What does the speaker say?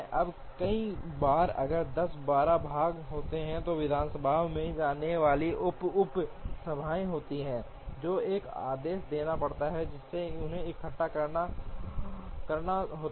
अब कई बार अगर 10 या 12 भाग होते हैं और विधानसभा में जाने वाली उप उप सभाएँ होती हैं तो एक आदेश देना पड़ता है जिसमें इन्हें इकट्ठा करना होता है